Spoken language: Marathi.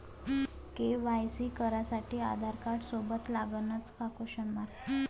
के.वाय.सी करासाठी आधारकार्ड सोबत लागनच का?